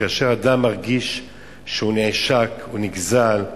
כאשר אדם מרגיש שהוא נעשק, הוא נגזל,